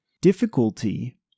Difficulty